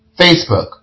Facebook